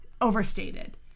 overstated